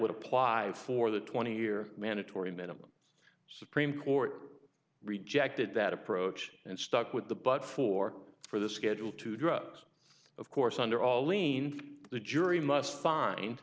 would apply for the twenty year mandatory minimum supreme court rejected that approach and stuck with the but for for the schedule two drugs of course under all liens the jury must fin